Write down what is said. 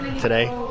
today